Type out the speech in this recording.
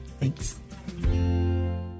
Thanks